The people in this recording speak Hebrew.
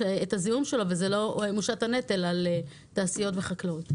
הזיהום שלו והנטל לא מושת על תעשיות וחקלאות?